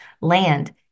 land